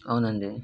అవునండి